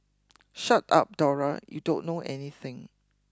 shut up Dora you don't know anything